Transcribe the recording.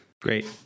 Great